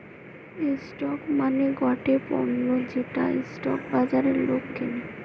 stock মানে গটে পণ্য যেটা স্টক বাজারে লোক কিনে